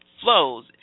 flows